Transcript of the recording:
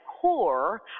core